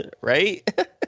right